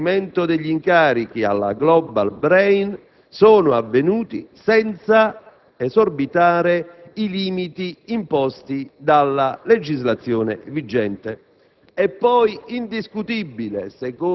sostanzialmente il conferimento degli incarichi alla *Global Brain* è avvenuto senza esorbitare dai limiti imposti dalla legislazione vigente.